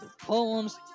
poems